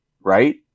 right